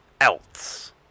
else